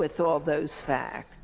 with all those fact